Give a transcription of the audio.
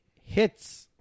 hits